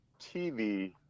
TV